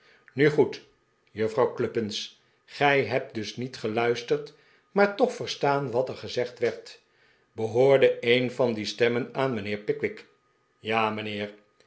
nu goed juffrouw cluppins gij hebt dus niet geluisterd maar toch verstaan wat er gezegd werd behoorde een van die stemmen aan mijnheer pickwick ja mijnheer